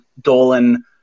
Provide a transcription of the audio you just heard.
Dolan